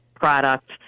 Product